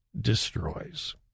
destroys